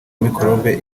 mikorobe